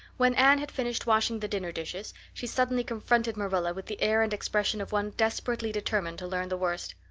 when anne had finished washing the dinner dishes she suddenly confronted marilla with the air and expression of one desperately determined to learn the worst.